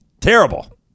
Terrible